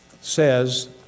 says